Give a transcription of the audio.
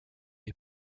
les